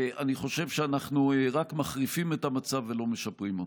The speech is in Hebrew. אני חושב שאנחנו רק מחריפים את המצב ולא משפרים אותו.